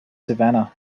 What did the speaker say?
savannah